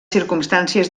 circumstàncies